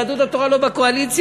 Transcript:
יהדות התורה לא בקואליציה,